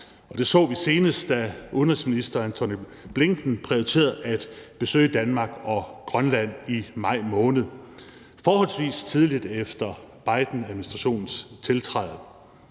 det så vi senest, da udenrigsminister Antony Blinken prioriterede at besøge Danmark og Grønland i maj måned, forholdsvis tidligt efter Bidenadministrationens tiltræden.